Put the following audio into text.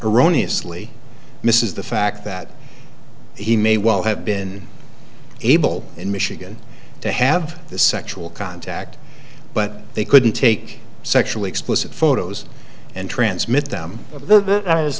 erroneous lee misses the fact that he may well have been able in michigan to have the sexual contact but they couldn't take sexually explicit photos and transmit them